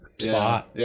spot